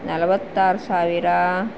ನಲವತ್ತಾರು ಸಾವಿರ